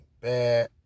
bad